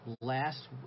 last